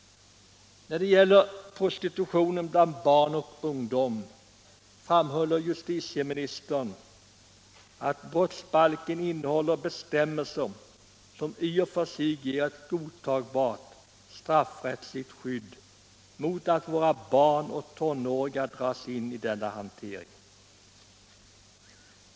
När det gäller prostitutionen bland barn och ungdom framhåller justitieministern att brottsbalken innehåller bestämmelser som i och för sig ger ett godtagbart straffrättsligt skydd mot att våra barn och tonåringar dras in i denna hantering.